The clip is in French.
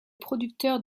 producteur